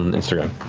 and instagram.